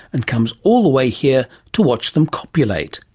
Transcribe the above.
and comes all the way here to watch them copulate,